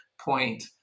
point